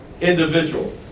individual